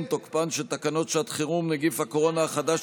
תוקפן של תקנות שעת חירום (נגיף הקורונה החדש,